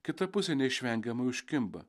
kita pusė neišvengiamai užkimba